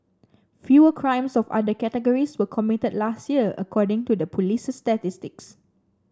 fewer crimes of other categories were committed last year according to the police's statistics